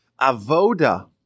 Avoda